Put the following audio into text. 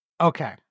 Okay